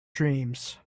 dreams